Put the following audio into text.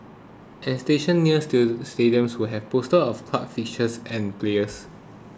and station nears to stadiums will have posters of club fixtures and players